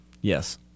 Yes